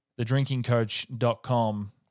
thedrinkingcoach.com